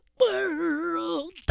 world